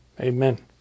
amen